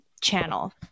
channel